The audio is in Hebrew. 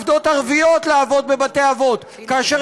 עובדות ערביות לעבוד בבתי-אבות כאשר